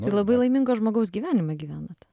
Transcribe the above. tai labai laimingo žmogaus gyvenimą gyvenat